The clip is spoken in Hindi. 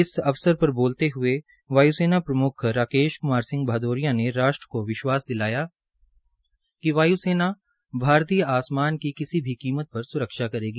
इस अवसर पर बोलते हुये वायुसेना प्रमुख राकेश कुमार सिंह भदोरिया ने राष्ट्र को विश्वास दिलया कि वायु सेना भारतीय आसमान की किसी भी कीमत पर सुरक्षा करेगी